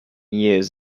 years